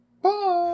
Bye